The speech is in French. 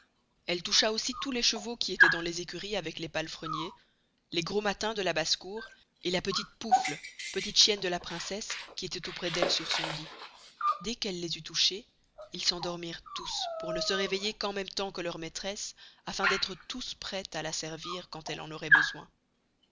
elle toucha aussi tous les chevaux qui estoient dans les ecuries avec les palefreniers les gros mâtins de basse-cour et la petite pouffe petite chienne de la princesse qui estoit auprés d'elle sur son lit dés qu'elle les eust touchez ils s'endormirent tous pour ne se réveiller qu'en mesme temps que leur maistresse afin d'estre tout prests à la servir quand elle en auroit besoin